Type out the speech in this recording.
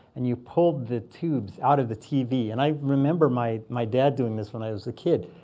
and you pulled the tubes out of the tv. and i remember my my dad doing this when i was a kid.